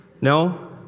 No